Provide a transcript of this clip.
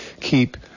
keep